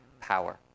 power